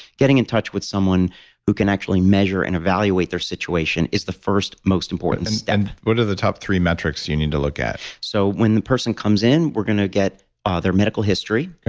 getting in touch with someone who can actually measure and evaluate their situation is the first most important step and and what are the top three metrics you need to look at? so when the person comes in we're going to get ah their medical history,